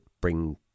bring